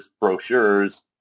brochures